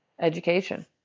education